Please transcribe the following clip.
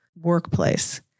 workplace